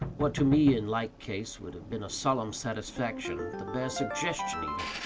what to me, in like case, would have been a solemn satisfaction, the bare suggestion, even,